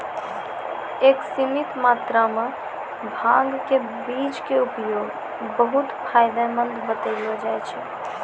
एक सीमित मात्रा मॅ भांग के बीज के उपयोग बहु्त फायदेमंद बतैलो जाय छै